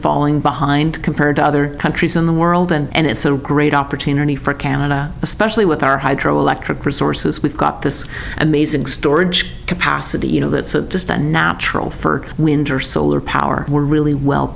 falling behind compared to other countries in the world and it's a great opportunity for canada especially with our hydroelectric resources we've got this amazing storage capacity you know that's just a natural for wind or solar power we're really well